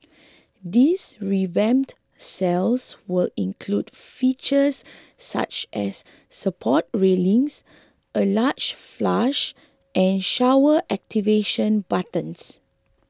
these revamped cells will include features such as support railings and large flush and shower activation buttons